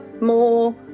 more